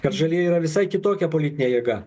kad žalieji yra visai kitokia politinė jėga